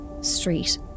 Street